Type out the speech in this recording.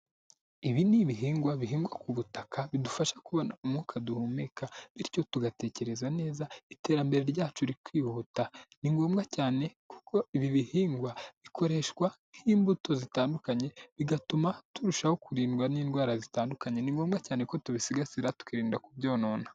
Ibi ni ibihingwa bihingwa ku butaka, bidufasha kubona umwuka duhumeka bityo tugatekereza neza iterambere ryacu rikihuta, ni ngombwa cyane kuko ibi bihingwa bikoreshwa nk'imbuto zitandukanye bigatuma turushaho kurindwa n'indwara zitandukanye ni ngombwa cyane ko tubisigasira twikiririnda kubyonona.